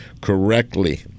correctly